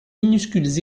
minuscules